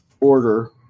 order